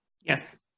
Yes